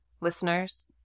listeners